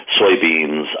soybeans